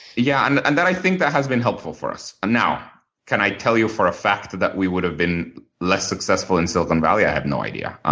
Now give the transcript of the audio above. yeah, and and that i think has been helpful for us. now can i tell you for a fact that that we would have been less successful in silicon valley? i have no idea.